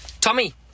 Tommy